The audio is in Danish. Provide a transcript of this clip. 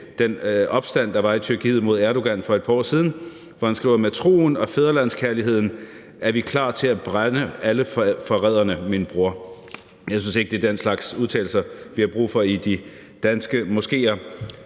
den opstand, der var i Tyrkiet mod Erdogan for et par år siden. Han skriver: Med troen og fædrelandskærligheden er vi klar til at brænde alle forræderne, min bror. Jeg synes ikke, det er den slags udtalelser, vi har brug for i de danske moskéer.